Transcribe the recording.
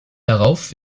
darauf